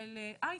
של הייטק.